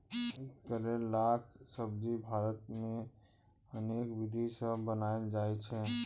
करैलाक सब्जी भारत मे अनेक विधि सं बनाएल जाइ छै